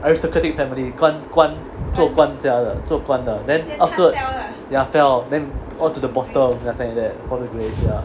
irish catholic family 官官家坐官家的坐官的 then afterwards ya fell then on to the bottom something like that for the grace ya